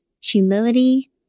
humility